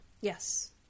Yes